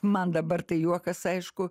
man dabar tai juokas aišku